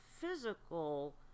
physical